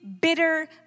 bitter